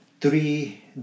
three